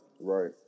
Right